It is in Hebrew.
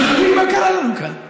חברים, מה קרה לנו כאן?